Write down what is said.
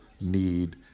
need